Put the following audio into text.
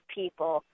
people